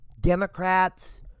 Democrats